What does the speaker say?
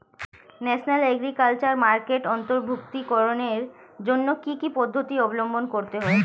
National agriculture মার্কেটে অন্তর্ভুক্তিকরণের জন্য কি কি পদ্ধতি অবলম্বন করতে হয়?